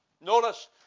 Notice